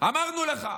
אמרנו לך,